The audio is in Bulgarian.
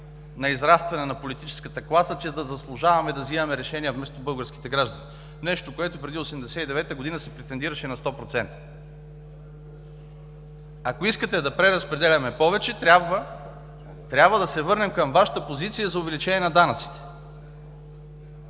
на израстване на политическата класа, че да заслужаваме да взимаме решения вместо българските граждани – нещо, което преди 1989 г. се претендираше на 100%. Ако искате да преразпределяме повече, трябва да се върнем към Вашата позиция за увеличение на данъците.